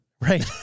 Right